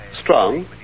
strong